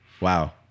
Wow